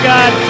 God